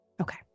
Okay